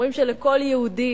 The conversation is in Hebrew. אומרים שלכל יהודי